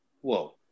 whoa